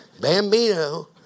Bambino